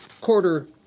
quarter